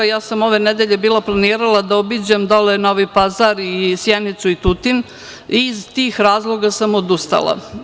Ja sam ove nedelje planirala da obiđem Novi Pazar, Sjenicu i Tutin i iz tih razloga sam odustala.